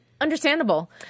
Understandable